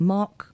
Mark